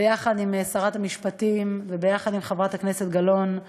ביחד עם שרת המשפטים וביחד עם חברת הכנסת גלאון,